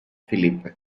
philippe